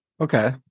Okay